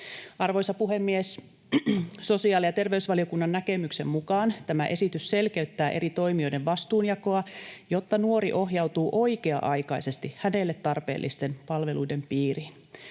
Arvoisa puhemies! Sosiaali- ja terveysvaliokunnan näkemyksen mukaan tämä esitys selkeyttää eri toimijoiden vastuunjakoa, jotta nuori ohjautuu oikea-aikaisesti hänelle tarpeellisten palveluiden piiriin.